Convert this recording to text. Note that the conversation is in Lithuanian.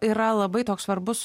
yra labai toks svarbus